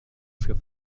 für